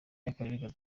y’akarere